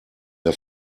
der